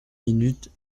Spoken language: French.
minutes